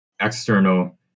external